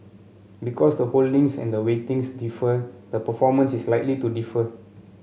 because the holdings and the weightings differ the performance is likely to differ